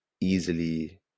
easily